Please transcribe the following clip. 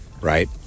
right